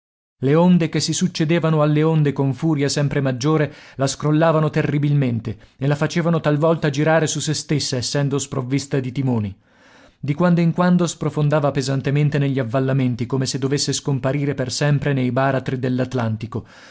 le onde che si succedevano alle onde con furia sempre maggiore la scrollavano terribilmente e la facevano talvolta girare su se stessa essendo sprovvista di timoni di quando in quando sprofondava pesantemente negli avvallamenti come se dovesse scomparire per sempre nei baratri